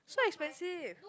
so expensive